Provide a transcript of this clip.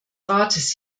rates